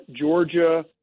Georgia